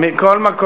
לא.